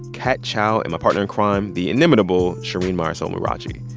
kat chow and my partner in crime, the inimitable shereen marisol meraji.